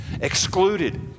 excluded